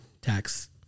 tax